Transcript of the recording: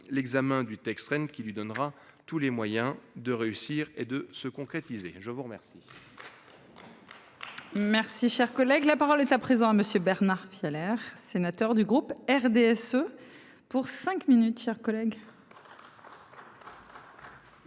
l'examen du texte Rennes qui lui donnera tous les moyens de réussir et de se concrétiser. Je vous remercie.